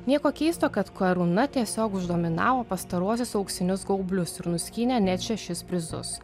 nieko keisto kad karūna tiesiog uždominavo pastaruosius auksinius gaublius ir nuskynė net šešis prizus